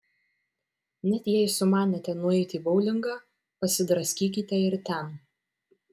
net jei sumanėte nueiti į boulingą pasidraskykite ir ten